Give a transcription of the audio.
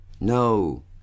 No